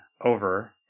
over